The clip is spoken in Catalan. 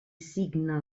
signa